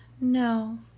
No